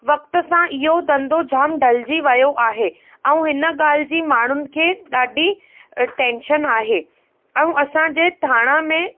वक्त सां इहो धंधो जाम ढलजी वियो आहे ऐं इन ॻाल्हि जी माण्हुनि खे ॾाढी टेंशन आहे ऐं असांजे ठाणा में